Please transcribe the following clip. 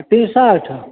तीन साठि